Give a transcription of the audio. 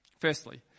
Firstly